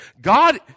God